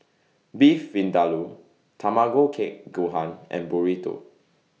Beef Vindaloo Tamago Kake Gohan and Burrito